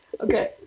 Okay